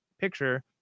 picture